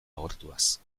agortuaz